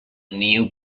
new